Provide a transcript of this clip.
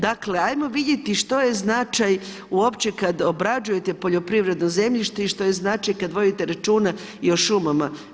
Dakle, ajmo vidjeti što je značaj, uopće kad obrađujete poljoprivredno zemljište i što je značaj kada vodite računa o šumama.